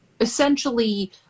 essentially